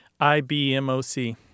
IBMOC